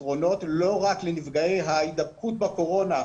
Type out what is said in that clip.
הפתרונות לא רק לנפגעי ההידבקות בקורונה,